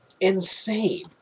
insane